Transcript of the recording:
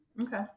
okay